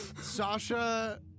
Sasha